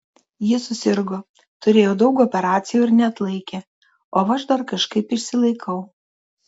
ji susirgo turėjo daug operacijų ir neatlaikė o aš dar kažkaip išsilaikau